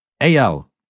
AL